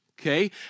okay